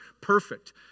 perfect